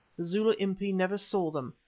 the zulu impi never saw them,